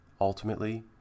Ultimately